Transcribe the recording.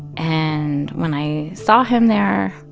and when i saw him there